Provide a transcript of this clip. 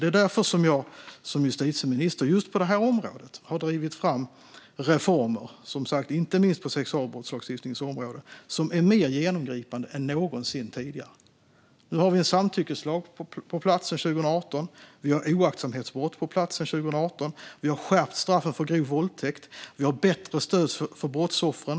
Det är därför som jag som justitieminister har drivit fram reformer på just det här området, som sagt inte minst på sexualbrottslagstiftningens område, som är mer genomgripande än någonsin. Vi har sedan 2018 en samtyckeslag på plats. Vi har sedan 2018 oaktsamhetsbrott på plats. Vi har skärpt straffen för grov våldtäkt. Vi har bättre stöd för brottsoffren.